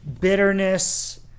bitterness